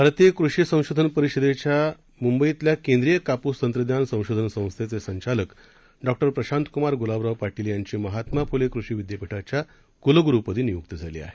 भारतीय कृषि संशोधन परिषदेच्या मुंबईतल्या केन्द्रीय काप्स तंत्रज्ञान संशोधन संस्थेचे संचालक डॉ प्रशांतक्मार गुलाबराव पाटील यांची महात्मा फूले कृषी विद्यापीठाच्या कुलगुरूपदी नियुक्ती झाली आहे